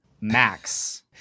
Max